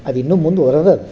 ಅದಿನ್ನೂ ಮುಂದ್ವರ್ದದೆ